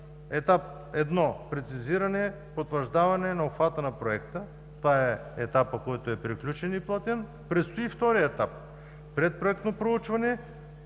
едно – прецизиране, потвърждаване обхвата на проекта. Това е етапът, който е приключен и платен. Предстои вторият етап: предпроектно проучване